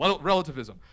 relativism